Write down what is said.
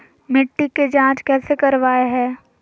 मिट्टी के जांच कैसे करावय है?